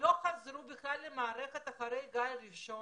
לא חזרו בכלל למערכת אחרי הגל הראשון?